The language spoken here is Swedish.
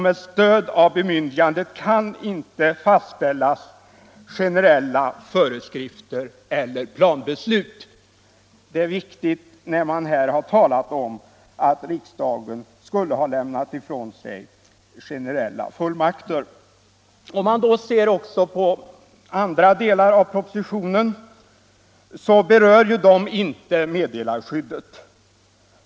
Med stöd av bemyndigandet kan inte fastställas generella föreskrifter eller planbeslut. Det är viktigt när man här talat om att riksdagen skulle lämna ifrån sig generella fullmakter. Inte heller andra delar av propositionen berör meddelarskyddet.